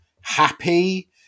happy